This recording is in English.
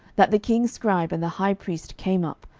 that the king's scribe and the high priest came up,